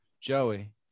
Joey